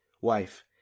wife